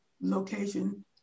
location